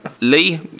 Lee